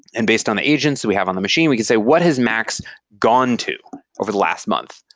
and based on the agents we have on the machine, we can say what his max gone to over the last month?